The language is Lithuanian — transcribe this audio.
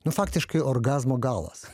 nu faktiškai orgazmo galas